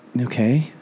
okay